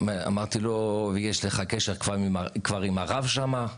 אמרתי לו יש לך קשר כבר עם הרב שם?